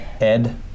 Ed